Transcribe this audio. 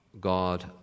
God